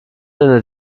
deiner